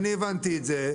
אני הבנתי את זה.